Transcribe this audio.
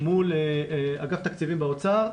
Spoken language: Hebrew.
מול אגף תקציבים באוצר,